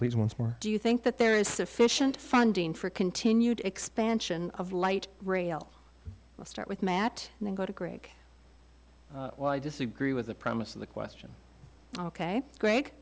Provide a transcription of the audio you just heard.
please once more do you think that there is sufficient funding for continued expansion of light rail let's start with matt and then go to greg i disagree with the premise of the question ok gre